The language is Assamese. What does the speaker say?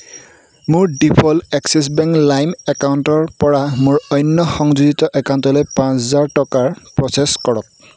মোৰ ডিফ'ল্ট এক্সিছ বেংক লাইম একাউণ্টৰপৰা মোৰ অন্য সংযোজিত একাউণ্টলৈ পাঁচ হাজাৰ টকাৰ প্ৰ'চেছ কৰক